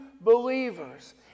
believers